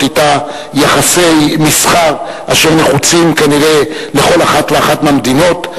אתה יחסי מסחר אשר נחוצים כנראה לכל אחת ואחת מהמדינות,